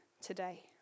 today